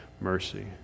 mercy